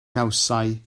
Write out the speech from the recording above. gawsai